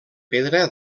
pedra